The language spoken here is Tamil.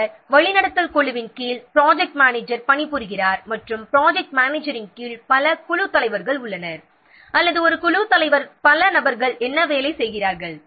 பின்னர் வழிநடத்தல் குழுவின் கீழ் ப்ராஜெக்ட் மேனேஜர் பணிபுரிகிறார் மற்றும் ப்ராஜெக்ட் மேனேஜரின் கீழ் பல குழுத் தலைவர்கள் உள்ளனர் அல்லது ஒரு குழுத் தலைவர் பல நபர்கள் என்ன வேலை செய்கிறார்கள்